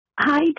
Hi